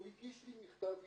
הוא הגיש לי מכתב התפטרות.